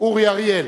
אורי אריאל.